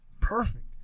perfect